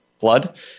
blood